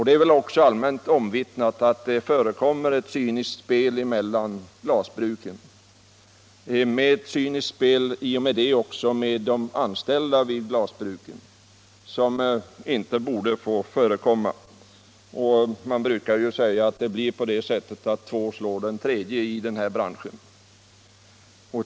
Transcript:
Det är väl också allmänt omvittnat att ett cyniskt spel drivs mellan glasbruken, och det spelet drabbar även deras anställda på ett sätt som inte borde få förekomma. Man brukar säga att två slår den tredje i den här branschen.